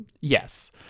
yes